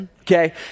okay